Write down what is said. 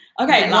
Okay